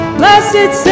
blessed